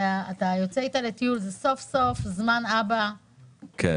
אתה יוצא איתה לטיול וסוף סוף זה זמן אבא איתה,